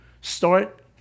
Start